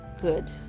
good